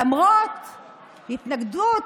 למרות התנגדות,